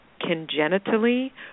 congenitally